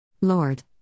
Lord